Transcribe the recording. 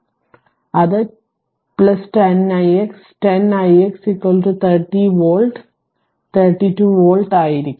അതിനാൽ അത് 10 ix 10 ix 30 volt 32 volt ആയിരിക്കും